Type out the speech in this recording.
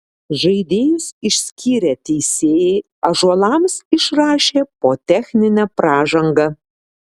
žaidėjus išskyrę teisėjai ąžuolams išrašė po techninę pražangą